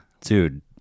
dude